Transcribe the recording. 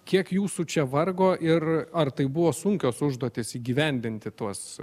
kiek jūsų čia vargo ir ar tai buvo sunkios užduotis įgyvendinti tuos